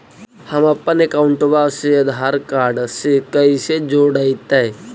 हमपन अकाउँटवा से आधार कार्ड से कइसे जोडैतै?